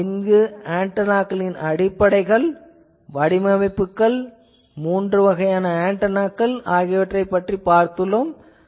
நாம் இங்கு ஆன்டெனாக்களின் அடிப்படைகள் வடிவமைப்புகள் மூன்று வகையான ஆன்டெனாக்கள் ஆகியவற்றைப் பார்த்தோம்